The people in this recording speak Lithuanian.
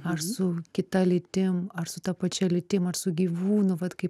ar su kita lytim ar su ta pačia lytim ar su gyvūnu vat kai